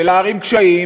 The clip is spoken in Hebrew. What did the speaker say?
ולהערים קשיים,